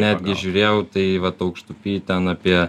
netgi žiūrėjau tai vat aukštupy ten apie